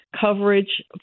coverage